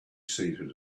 seated